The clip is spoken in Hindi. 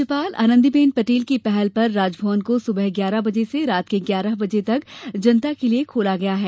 राज्यपाल आनन्दीबेन पटेल की पहल पर राजभवन को सुबह ग्यारह बजे से रात के ग्यारह बजे तक जनता के लिए खोला गया है